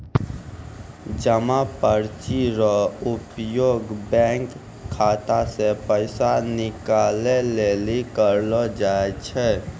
जमा पर्ची रो उपयोग बैंक खाता से पैसा निकाले लेली करलो जाय छै